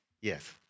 yes